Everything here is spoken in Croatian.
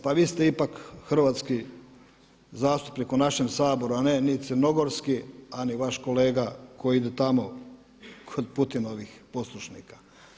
Pa vi ste ipak hrvatski zastupnik u našem Saboru, a ne ni crnogorski, a ni vaš kolega koji ide tamo kod Putinovih poslušnika.